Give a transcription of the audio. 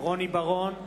רוני בר-און,